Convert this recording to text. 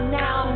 now